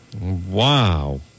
Wow